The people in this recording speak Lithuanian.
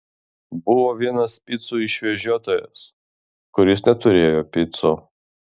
buvo vienas picų išvežiotojas kuris neturėjo picų